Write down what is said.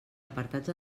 apartats